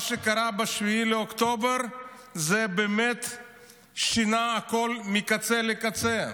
מה שקרה ב-7 באוקטובר באמת שינה הכול מקצה לקצה.